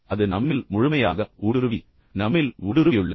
அது நம்மில் முழுமையாக ஊடுருவி நம்மில் ஊடுருவியுள்ளது